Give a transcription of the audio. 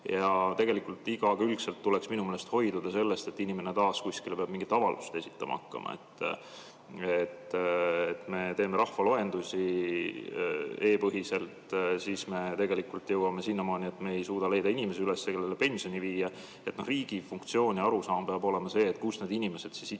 esitanud. Igakülgselt tuleks minu meelest hoiduda sellest, et inimene peab taas kuskile mingit avaldust esitama hakkama. Me teeme rahvaloendusi e‑põhiselt, aga me jõuame sinnamaani, et me ei suuda leida inimesi üles, et neile pensioni viia. Riigi funktsioon ja arusaam peab olema see, et kus need inimesed siis